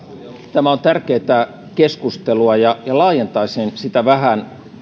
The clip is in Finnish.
tämä on tärkeätä keskustelua ja laajentaisin sitä vähän